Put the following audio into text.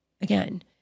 again